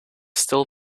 still